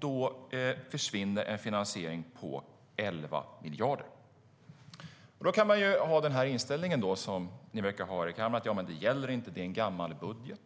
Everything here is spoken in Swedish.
Då försvinner en finansiering på 11 miljarder. Då kan man ha den inställning ni verkar ha här i kammaren, alltså att det inte gäller eftersom det är en gammal budget.